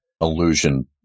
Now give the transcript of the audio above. illusion